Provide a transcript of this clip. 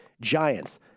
Giants